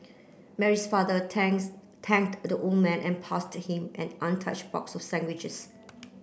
Mary's father thanks thanked the old man and passed him an untouched box sandwiches